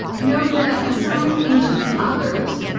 note that assigning permission to others,